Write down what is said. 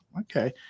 okay